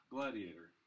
Gladiator